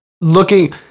looking